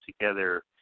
together